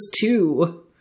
two